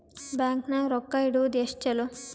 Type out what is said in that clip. Bank ನಾಗ ರೊಕ್ಕ ಇಡುವುದು ಎಷ್ಟು ಚಲೋ?